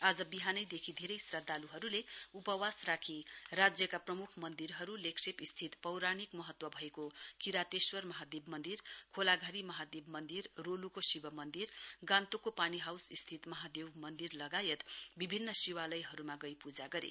आज विहानैदेखि धेरै श्रद्धाल्हरूले उपवास राखी राज्यका प्रम्ख मन्दिरहरू लेग्शेपस्थित पौराणिक महत्व भएको किरातेश्वर महादेव मन्दिर खोलाघारी महादेव मन्दिर रोल्को शिव मन्दिर गान्तोकको पानीहाउस स्थित महादेव मन्दिर लगायत विभिन्न शिवालयहरूमा गाई पूजा गरे